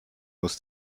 muss